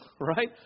right